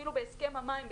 אפילו בהסכם המים.